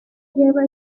lleva